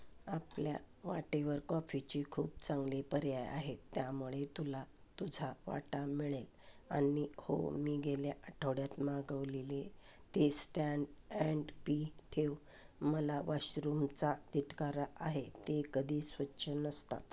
आपल्या वाटेवर कॉफीचे खूप चांगले पर्याय आहेत त्यामुळे तुला तुझा वाटा मिळेल आणि हो मी गेल्या आठवड्यात मागवलेली ते स्टँड अँड पी ठेव मला वाॉशरूमचा तिटकारा आहे ते कधी स्वच्छ नसतात